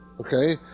okay